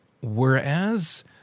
whereas